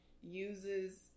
uses